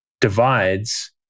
divides